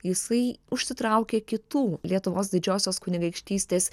jisai užsitraukė kitų lietuvos didžiosios kunigaikštystės